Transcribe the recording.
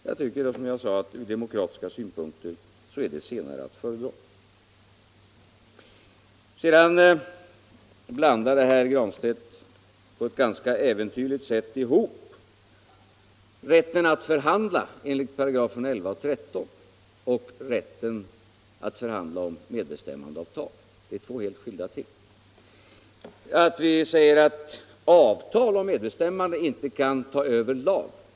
Jag tycker, som jag sade, att ur demokratiska synpunkter är det senare att föredra. Sedan blandade herr Granstedt på ett ganska äventyrligt sätt ihop rätten att förhandla enligt 11-13 §§ och rätten att förhandla om medbestämmandeavtal. Det är två helt skilda ting. Det är en självklarhet att vi säger att avtal om medbestämmande inte kan ta över lag.